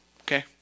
okay